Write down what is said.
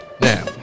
Now